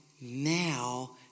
now